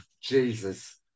Jesus